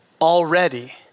already